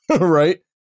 Right